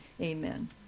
Amen